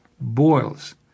boils